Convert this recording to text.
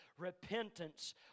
repentance